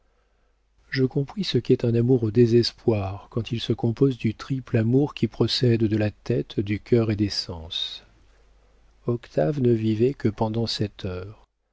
je compris ce qu'est un amour au désespoir quand il se compose du triple amour qui procède de la tête du cœur et des sens octave ne vivait que pendant cette heure